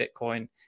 Bitcoin